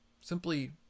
simply